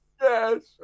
Yes